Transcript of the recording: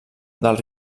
del